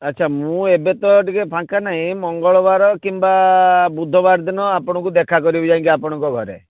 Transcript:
ଆଚ୍ଛା ମୁଁ ଏବେ ତ ଟିକିଏ ଫାଙ୍କା ନାହିଁ ମଙ୍ଗଳବାର କିମ୍ବା ବୁଧବାର ଦିନ ଆପଣଙ୍କୁ ଦେଖା କରିବି ଯାଇକି ଆପଣଙ୍କ ଘରେ